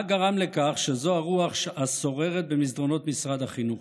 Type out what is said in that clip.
מה גרם לכך שזו הרוח השוררת במסדרונות משרד החינוך?